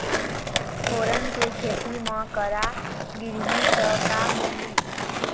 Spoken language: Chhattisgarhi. फोरन के खेती म करा गिरही त का होही?